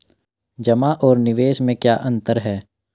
जमा और निवेश में क्या अंतर है?